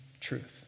truth